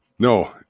No